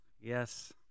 yes